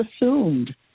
assumed